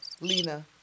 Lena